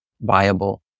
viable